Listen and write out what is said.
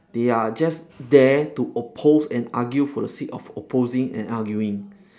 they are just there to oppose and argue for the sake of opposing and arguing